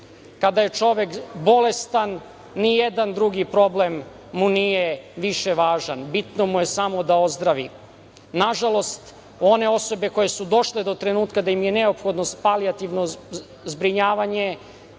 Kada je čovek bolestan, nijedan drugi problem mu nije više važan, bitno mu je samo da ozdravi. Nažalost, one osobe koje su došle do trenutka da im je neophodno palijativno zbrinjavanje